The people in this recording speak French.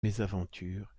mésaventures